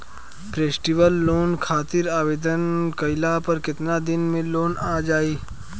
Festival loan खातिर आवेदन कईला पर केतना दिन मे लोन आ जाई?